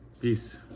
peace